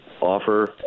offer